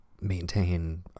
maintain